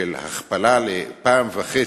של הכפלה של 1.5,